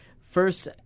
First